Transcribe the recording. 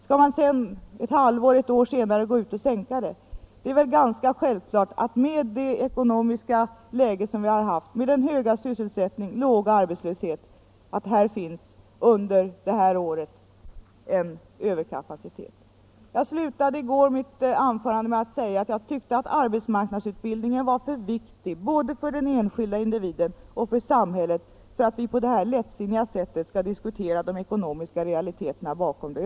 Skall man sedan ett halvår eller ett år senare gå ut och sänka uttaget? I det ekonomiska läge som vi haft med hög sysselsättning och låg arbetslöshet är det väl ganska självklart att det under det här året finns en överkapacitet. Jag slutade mitt anförande i går med att säga att jag tyckte att arbetsmarknadsutbildningen var för viktig både för den enskilde individen och för samhället för att vi på detta lättsinniga sätt skall diskutera de ekonomiska realiteterna i sammanhanget.